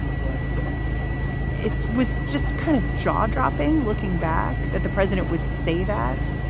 ah but i don't it was just kind of jaw dropping, looking back that the president would say that.